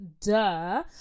duh